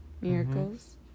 miracles